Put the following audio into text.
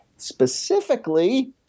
specifically